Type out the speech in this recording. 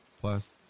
Plus